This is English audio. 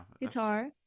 guitar